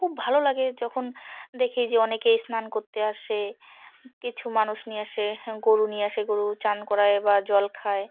খুব ভালো লাগে যখন দেখি যে অনেকেই স্নান করতে আসে কিছু মানুষ নিয়ে আসে গরু নিয়ে আসে গরু চান করায় বা জল খায়